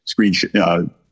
screenshot